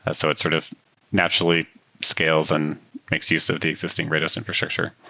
and so it's sort of naturally scales and makes use of the existing rados infrastructure.